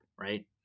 Right